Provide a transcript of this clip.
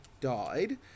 died